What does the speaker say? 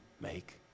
make